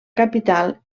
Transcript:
capital